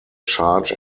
charge